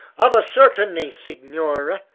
of a certainty, signore!